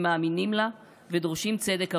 הם מאמינים לה ודורשים צדק עבורה.